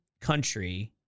country